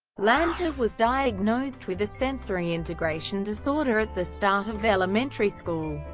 lanza was diagnosed with a sensory-integration disorder at the start of elementary school.